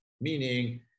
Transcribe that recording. meaning